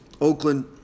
Oakland